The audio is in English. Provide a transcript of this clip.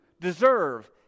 deserve